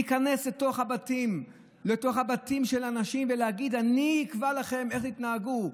להיכנס לתוך הבתים של אנשים ולהגיד להם: אני אקבע לכם איך תתנהגו.